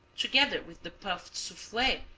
together with the puffed souffle,